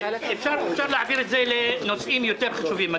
אפשר להעביר את זה לנושאים חשובים יותר.